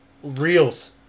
Reels